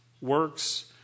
Works